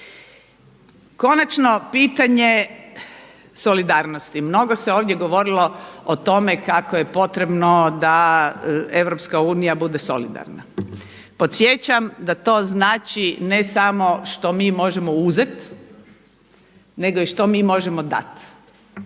Konačno pitanje solidarnosti. Mnogo se ovdje govorilo o tome kako je potrebno da EU bude solidarna. Podsjećam da to znači ne samo što mi možemo uzeti, nego i što mi možemo dati.